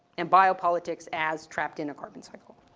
and biopolitics as trapped in a carbon cycle?